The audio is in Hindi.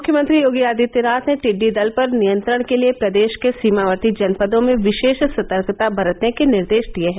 मुख्यमंत्री योगी आदित्यनाथ ने टिड्डी दल पर नियंत्रण के लिए प्रदेश के सीमावर्ती जनपदों में विशेष सतर्कता बरतने के निर्देश दिए हैं